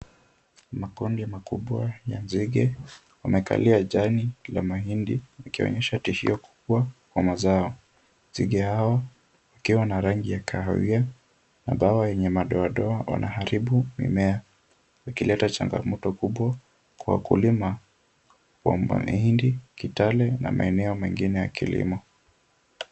Makonde makubwa ya nzige wamekalia jani la mahindi wakionyesha tishio kubwa kwa mazao. Nzige hawa wakiwa na rangi ya kahawia mabawa yenye madoadoa wanaharibu mimea, wakileta changamoto kubwa kkwa wakulima wa mahindi Kitale na maeneo mengine ya kilimo.